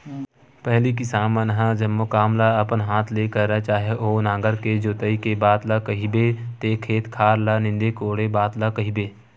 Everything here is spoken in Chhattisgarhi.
पहिली किसान मन ह जम्मो काम ल अपन हात ले करय चाहे ओ नांगर के जोतई के बात ल कहिबे ते खेत खार ल नींदे कोड़े बात ल कहिबे